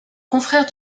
confrère